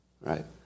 right